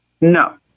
No